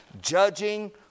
judging